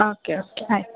ಹಾಂ okay okay ಆಯ್ತು